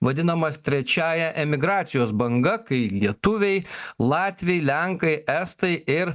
vadinamas trečiąja emigracijos banga kai lietuviai latviai lenkai estai ir